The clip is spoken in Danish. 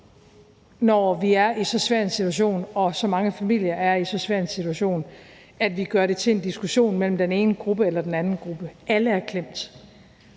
når vi er i så svær en situation og så mange familier er i så svær en situation, er, at vi gør det til en diskussion mellem den ene gruppe og den anden gruppe. Alle er klemt,